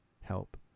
help